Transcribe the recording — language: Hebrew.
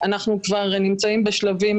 שיקום שאמורות היו לקום